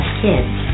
kids